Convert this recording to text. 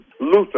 Luther